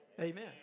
Amen